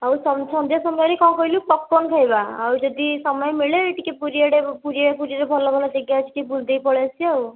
ଆଉ ସନ୍ଧ୍ୟା ସମୟରେ କ'ଣ କହିଲୁ ପପ୍କର୍ଣ୍ଣ ଖାଇବା ଆଉ ଯଦି ସମୟ ମିଳେ ଟିକେ ପୁରୀ ଆଡ଼େ ପୁରୀ ପୁରୀ ଆଡ଼େ ଭଲ ଭଲ ଜାଗା ଅଛି ଟିକେ ବୁଲିଦେଇ ପଳାଇ ଆସିବା ଆଉ